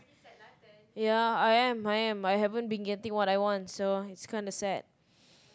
yeah I am I am I haven't been getting what I want so it's kinda sad